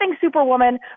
superwoman